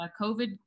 COVID